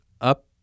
up